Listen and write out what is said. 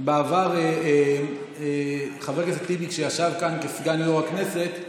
בעבר, כשחבר הכנסת טיבי ישב כאן כסגן יו"ר הכנסת,